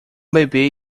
bebê